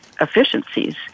efficiencies